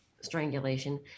strangulation